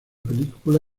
película